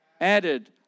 added